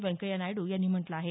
व्यंकय्या नायडू यांनी म्हटलं आहे